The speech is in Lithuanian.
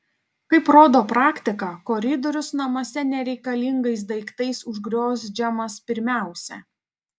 kaip rodo praktika koridorius namuose nereikalingais daiktais užgriozdžiamas pirmiausia